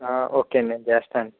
okay అండి నే చేస్తా అండి